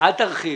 אל תרחיב,